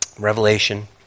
Revelation